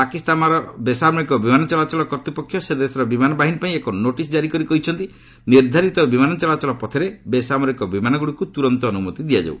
ପାକିସ୍ତାନର ବେସାମରିକ ବିମାନ ଚଳାଚଳ କର୍ତ୍ତ୍ୱପକ୍ଷ ସେ ଦେଶର ବିମାନ ବାହିନୀ ପାଇଁ ଏକ ନୋଟିସ୍ ଜାରି କରି କହିଛନ୍ତି ନିର୍ଦ୍ଧାରିତ ବିମାନ ଚଳାଚଳ ପଥରେ ବେସାମରିକ ବିମାନଗୁଡ଼ିକୁ ତୁରନ୍ତ ଅନୁମତି ଦିଆଯାଉ